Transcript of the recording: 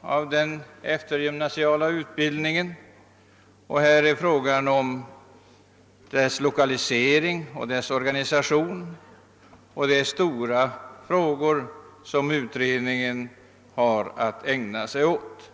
av den eftergymnasiala utbildningen och dennas lokalisering och organisation. Det är alltså stora frågor som utredningen har att ägna sig åt.